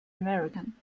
american